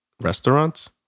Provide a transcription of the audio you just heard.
restaurants